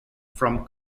from